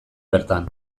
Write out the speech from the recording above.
bertan